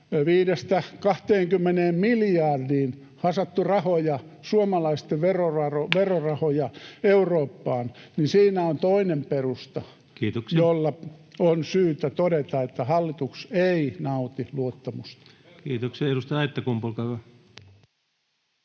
5—20 miljardia hassattu rahoja, suomalaisten verorahoja Eurooppaan, niin siinä on toinen perusta, [Puhemies: Kiitoksia!] jolla on syytä todeta, että hallitus ei nauti luottamusta. Kiitoksia. — Edustaja Aittakumpu, olkaa